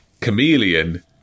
Chameleon